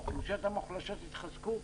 האוכלוסיות המוחלשות יתחזקו,